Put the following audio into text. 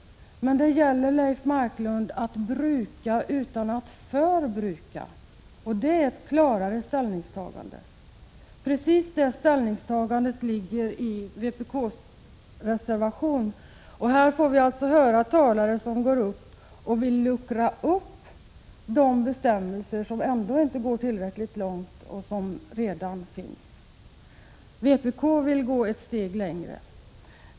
Men, Leif Marklund, det gäller att bruka utan att förbruka, och det är ett klarare ställningstagande. Precis detta ställningstagande ligger i vpk:s reservation. Här får vi höra talare som vill luckra upp de bestämmelser som redan finns men som inte går tillräckligt långt! Vpk vill gå ett steg längre.